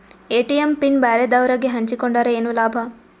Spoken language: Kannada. ಎ.ಟಿ.ಎಂ ಪಿನ್ ಬ್ಯಾರೆದವರಗೆ ಹಂಚಿಕೊಂಡರೆ ಏನು ಲಾಭ?